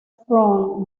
from